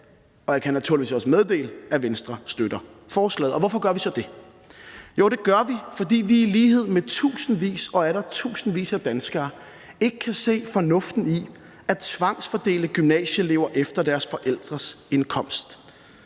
dag. Jeg kan naturligvis også meddele, at Venstre støtter forslaget. Og hvorfor gør vi så det? Jo, det gør vi, fordi vi i lighed med tusindvis og atter tusindvis af danskere ikke kan se fornuften i at tvangsfordele gymnasieelever efter deres forældres indkomst.